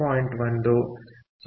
1 0